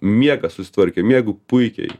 miegas susitvarkė miegu puikiai